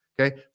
Okay